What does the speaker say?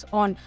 on